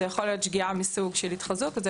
זו יכולה להיות שגיאה מסוג של התחזות וזו